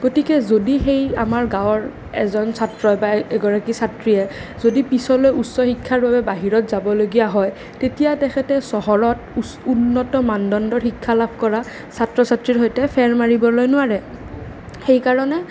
গতিকে যদি সেই আমাৰ গাঁৱৰ এজন ছাত্ৰ বা এগৰাকী ছাত্ৰীয়ে যদি পিছলৈ উচ্চ শিক্ষাৰ বাবে বাহিৰত যাবলগীয়া হয় তেতিয়া তেখেতে চহৰত উন্নত মানদণ্ডৰ শিক্ষা লাভ কৰা ছাত্ৰ ছাত্ৰীৰ সৈতে ফেৰ মাৰিবলৈ নোৱাৰে সেইকাৰণে